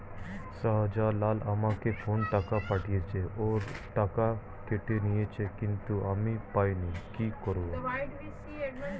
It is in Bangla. শাহ্জালাল আমাকে ফোনে টাকা পাঠিয়েছে, ওর টাকা কেটে নিয়েছে কিন্তু আমি পাইনি, কি করব?